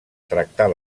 tractar